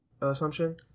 assumption